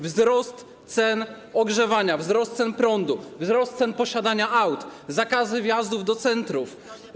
Wzrost cen ogrzewania, wzrost cen prądu, wzrost cen posiadania aut, zakazy wjazdów do centrów.